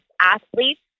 athletes